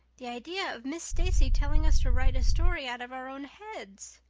the idea of miss stacy telling us to write a story out of our own heads!